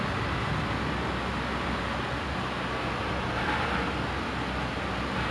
and actually other time like err I was stretching then like my mum saw me